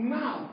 now